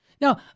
Now